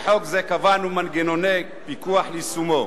קבענו מנגנוני פיקוח ליישומו